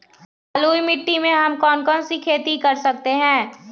बलुई मिट्टी में हम कौन कौन सी खेती कर सकते हैँ?